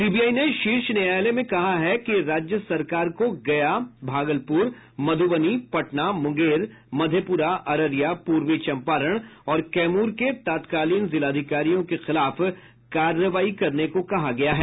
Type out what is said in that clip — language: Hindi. सीबीआई ने शीर्ष न्यायालय में कहा कि राज्य सरकार को गया भागलपुर मध्रबनी पटना मुंगेर मधेपुरा अररिया पूर्वी चंपारण और कैमूर के तत्कालीन जिलाधिकारियों के खिलाफ कार्रवाई करने को कहा गया है